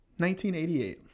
1988